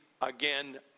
Again